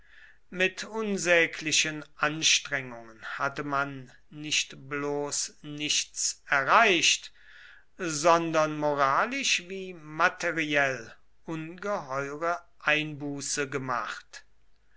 mit unsäglichen anstrengungen hatte man nicht bloß nichts erreicht sondern moralisch wie materiell ungeheure einbuße gemacht